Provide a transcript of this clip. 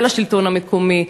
ולשלטון המקומי: